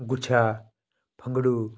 गुच्छा फंगड़ू